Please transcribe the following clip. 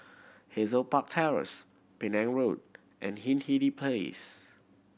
Hazel Park Terrace Penang Road and Hindhede Place